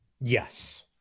Yes